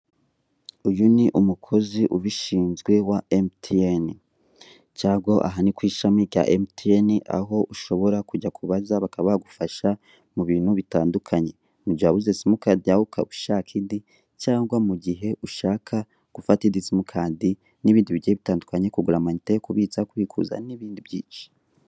Uyu ni umukozi ubishinzwe wa emutiyeni, cyangwa aha ni ku ishami rya emutiyeni, aho ushobora kujya kubaza bakaba bagufasha mu bintu bitandukanye, mu gihe wa buze simukadi yawe ukaba ushaka indi cyangwa mu gihe ushaka gufata indi simukadi n'ibindi bigiye bitandukanye kugura amayinite, kubitsa, kubikuza n'ibindi byinshi.